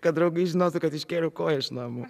kad draugai žinotų kad iškėliau koją iš namų